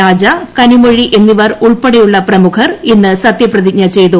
രാജ കനിമൊഴി എന്നിവർ ഉൾപ്പെടെയുള്ള പ്രമുഖർ ഇന്ന് സത്യപ്രതിജ്ഞ ചെയ്തു